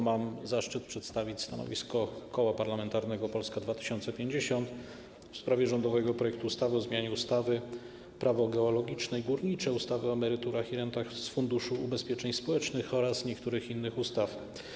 Mam zaszczyt przedstawić stanowisko Koła Parlamentarnego Polska 2050 w sprawie rządowego projektu ustawy o zmianie ustawy - Prawo geologiczne i górnicze, ustawy o emeryturach i rentach z Funduszu Ubezpieczeń Społecznych oraz niektórych innych ustaw.